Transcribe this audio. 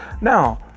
Now